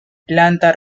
planta